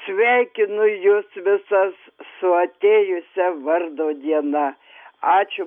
sveikinu jus visas su atėjusia vardo diena ačiū